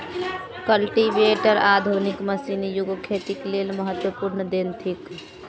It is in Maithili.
कल्टीवेटर आधुनिक मशीनी युगक खेतीक लेल महत्वपूर्ण देन थिक